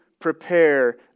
Prepare